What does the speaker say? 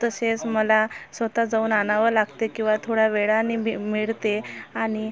तसेच मला स्वतः जाऊन आणावं लागते किंवा थोड्या वेळाने भे मिळते आणि